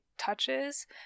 touches